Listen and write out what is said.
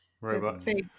robots